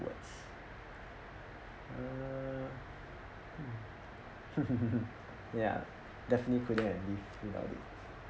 towards uh ya definitely couldn't lived without it